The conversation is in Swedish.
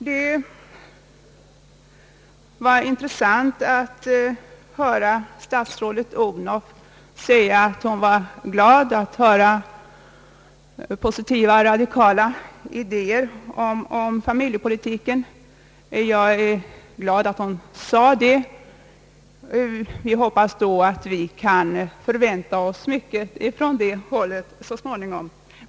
Det var intressant att höra statsrådet Odhnoff säga att hon var glad att höra positiva och radikala idéer om familjepolitiken. Jag är glad över att hon sade så. Vi hoppas kunna förvänta oss mycket från det hållet så småningom.